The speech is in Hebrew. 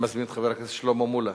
אני מזמין את חבר הכנסת שלמה מולה